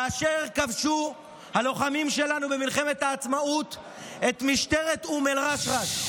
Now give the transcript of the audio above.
כאשר כבשו הלוחמים שלנו במלחמת העצמאות את משטרת אום אל-רשרש,